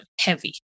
heavy